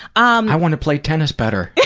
um i want to play tennis better.